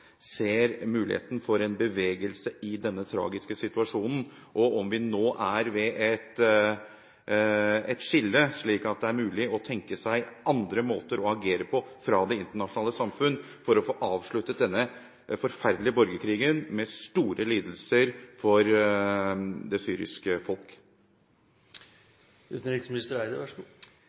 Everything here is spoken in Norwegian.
ser muligheten for en bevegelse i denne tragiske situasjonen, og om vi nå er ved et skille, slik at det er mulig å tenke seg andre måter å agere på fra det internasjonale samfunn for å få avsluttet denne forferdelige borgerkrigen med store lidelser for det syriske